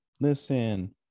Listen